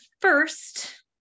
first